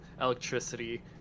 electricity